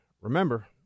remember